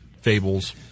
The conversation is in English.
Fables